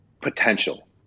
potential